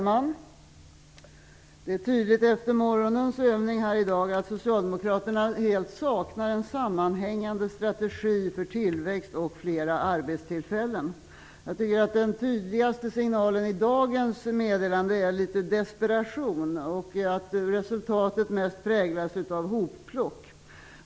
Fru talman! Efter morgonens övningar här i dag är det tydligt att socialdemokraterna helt saknar en sammanhängande strategi för att skapa tillväxt och flera arbetstillfällen. Jag tycker att den tydligaste signalen i dagens meddelande är litet desperation och att resultatet mest präglas av hop-plock.